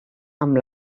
amb